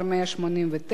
189),